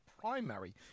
primary